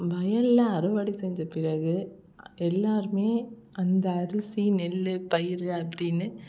வயலில் அறுவடை செஞ்ச பிறகு எல்லோருமே அந்த அரிசி நெல் பயிர் அப்படின்னு